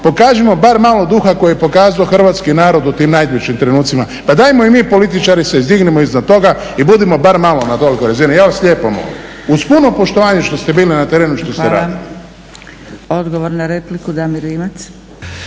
pokažimo barem malo duha koji je pokazao hrvatski narod u tim … trenucima, pa dajmo i mi političari se izdignimo iznad toga i budimo barem malo na … razini, ja vas lijepo molim. Uz puno poštovanja što ste bili na terenu… **Zgrebec,